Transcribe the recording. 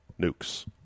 nukes